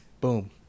boom